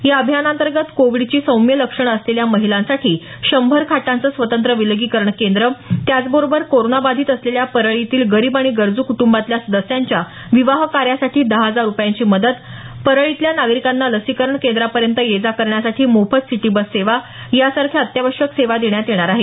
या अभियानांतर्गत कोविडची सौम्य लक्षणं असलेल्या महिलांसाठी शंभर खाटांचं स्वतंत्र विलगीकरण केंद्र त्याचबरोबर कोरोनाबाधित असलेल्या परळीतील गरीब आणि गरजू कुटुंबातल्या सदस्यांच्या विवाह कार्यासाठी दहा हजार रुपयांची मदत परळीतल्या नागरिकांना लसिकरण केंद्रपर्यंत ये जा करण्यासाठी मोफत सिटी बस सेवा यासारख्या अत्यावश्यक सेवा देण्यात येणार आहेत